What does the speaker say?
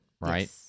Right